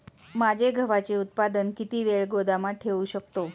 माझे गव्हाचे उत्पादन किती वेळ गोदामात ठेवू शकतो?